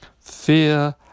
fear